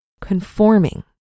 conforming